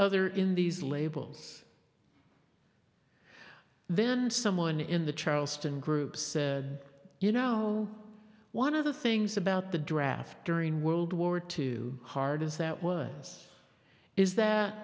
other in these labels then someone in the charleston groups you know one of the things about the draft during world war two hard is that woods is that